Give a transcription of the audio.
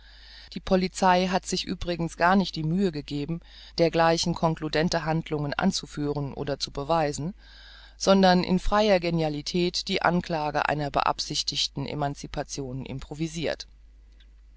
die polizei hat sich übrigens gar nicht die mühe gegeben dergleichen konkludente handlungen anzuführen oder zu beweisen sondern in freier genialität die anklage einer beabsichtigten emancipation improvisirt